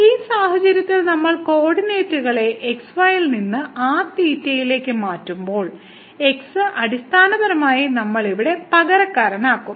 ഈ സാഹചര്യത്തിൽ നമ്മൾ കോർഡിനേറ്റുകളെ x y ൽ നിന്ന് r θ യിലേക്ക് മാറ്റുമ്പോൾ x അടിസ്ഥാനപരമായി നമ്മൾ ഇവിടെ പകരക്കാരനാകും